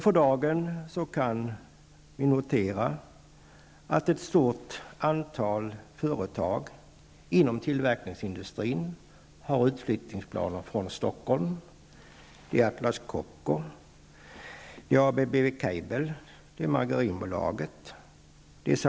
För dagen kan vi notera att ett stort antal företag inom tillverkningsindustrin har planer på utflyttning från Stockholm. Jag tänker på Atlas Saltsjöqvarn.